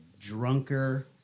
drunker